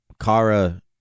Kara